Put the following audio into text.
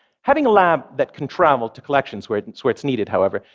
having a lab that can travel to collections where it's where it's needed, however,